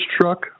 truck